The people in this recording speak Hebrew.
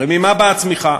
הרי ממה באה הצמיחה?